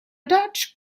dutch